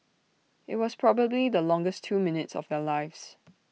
IT was probably the longest two minutes of their lives